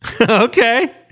okay